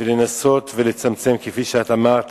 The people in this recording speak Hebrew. ולנסות ולצמצם, כפי שאת אמרת,